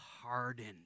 hardened